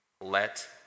Let